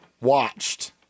watched